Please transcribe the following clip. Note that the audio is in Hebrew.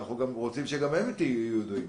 אנחנו רוצים שגם יידעו.